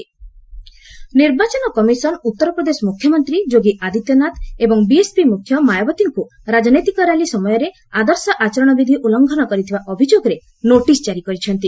EC Yogi Mayawati ନିର୍ବାଚନ commission Uttar Pradesh ମୁଖ୍ୟମନ୍ତ୍ରୀ ଯୋଗୀ ଆଦିତ୍ୟନାଥ ଏବଂ ବିଏସ୍ପି ମୁଖ୍ୟ ମାୟାବତୀଙ୍କୁ ରାଜନୈତିକ ର୍ୟାଲି ସମୟରେ ଆଦର୍ଶ ଆଚରଣ ବିଧି ଉଲ୍ଲୁଙ୍ଘନ କରିଥିବା ଅଭିଯୋଗରେ ନୋଟିସ୍ କାରି କରିଛନ୍ତି